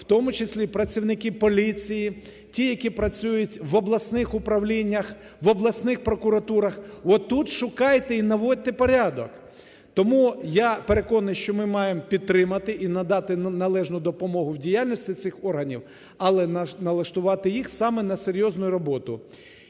в тому числі працівники поліції, ті, які працюють в обласних управліннях, в обласних прокуратурах. Отут шукайте і наводьте порядок. Тому я переконаний, що ми маємо підтримати і надати належну допомогу в діяльності цих органів, але налаштувати їх саме на серйозну роботу.